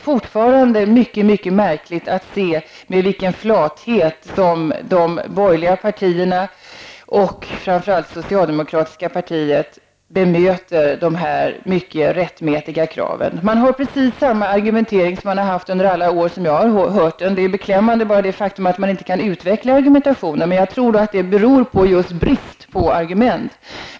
Det är mycket märkligt att se med vilken flathet som de borgerliga partierna och framför allt det socialdemokratiska partiet fortfarande bemöter de här mycket rättmätiga kraven. Man har precis samma argumentering som man haft under alla år som jag har hört. Bara det faktum att man inte kan utveckla argumentationen är beklämmande. Men jag tror att det beror just på bristen på argument.